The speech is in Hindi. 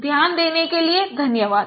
ध्यान देने के लिए धन्यवाद